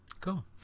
Cool